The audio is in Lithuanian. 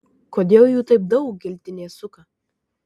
kodėl jų taip daug giltinė suka